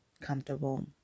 comfortable